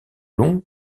long